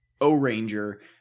O-Ranger